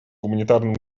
гуманитарным